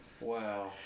Wow